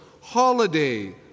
holiday